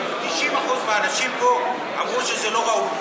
90% מהאנשים פה אמרו שזה לא ראוי,